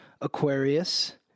Aquarius